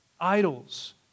idols